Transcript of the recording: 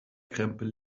krempel